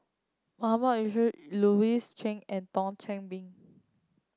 Mahmood Yusof Louis Chen and Thio Chan Been